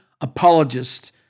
apologists